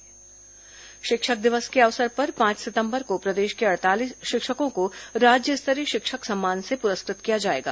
शिक्षक सम्मान शिक्षक दिवस के अवसर पर पांच सितंबर को प्रदेश के अड़तालीस शिक्षकों को राज्य स्तरीय शिक्षक सम्मान से पुरस्कृत किया जाएगा